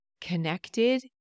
connected